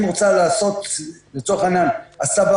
אם היא רוצה לעשות לצורך העניין הסבה